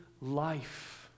life